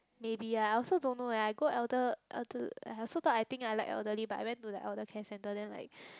maybe ah I also don't know eh I go elder elder I also thought I like elderly but I went to the elder care centre then like